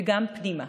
וגם פנימה,